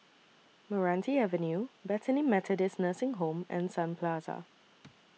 Meranti Avenue Bethany Methodist Nursing Home and Sun Plaza